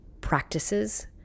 practices